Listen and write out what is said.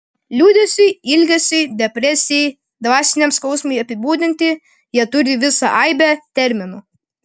liūdesiui ilgesiui depresijai dvasiniam skausmui apibūdinti jie turi visą aibę terminų